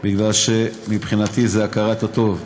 כי מבחינתי זה הכרת הטוב.